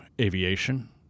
aviation